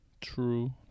True